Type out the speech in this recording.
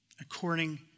according